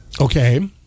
Okay